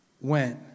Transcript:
went